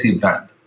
brand